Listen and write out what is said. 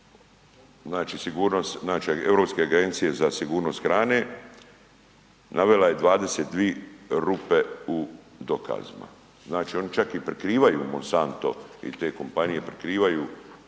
Europske agencije za sigurnost hrane navela je 22 rupe u dokazima, znači oni čak i prikrivaju Monsanto i te kompanije prikrivaju gdje